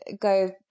go